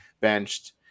benched